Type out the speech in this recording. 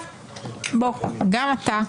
בוא, גם אתה,